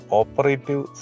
operative